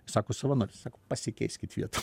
sako savanoris pasikeiskit vietom